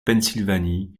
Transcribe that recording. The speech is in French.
pennsylvanie